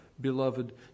beloved